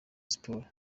sports